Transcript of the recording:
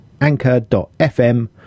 anchor.fm